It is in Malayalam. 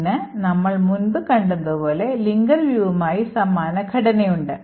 ഇതിന് നമ്മൾ മുൻപ് കണ്ടതുപോലെ ലിങ്കർ viewമായി സമാനമായ ഘടനയുണ്ട്